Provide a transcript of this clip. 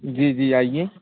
जी जी आइए